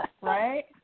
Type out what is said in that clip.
right